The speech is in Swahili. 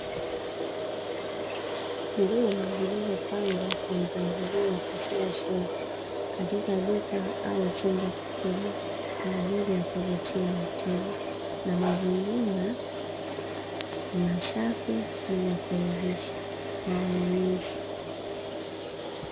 Nguo zilizo pangwa kwa mpangilio katika shelfu katika duka au chumba kikubwa kwa ajili ya kuvutia wateja, na mazingira masafi na yakuridhisha kwa wanunuzi.